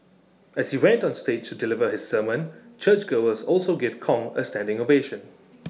as he went on stage to deliver his sermon churchgoers also gave Kong A standing ovation